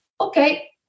okay